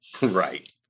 right